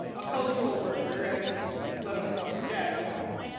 a cultural worker, and let us not forget, now,